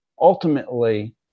Ultimately